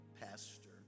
pastor